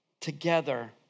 together